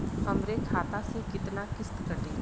हमरे खाता से कितना किस्त कटी?